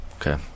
Okay